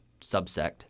subsect